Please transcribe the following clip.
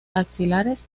axilares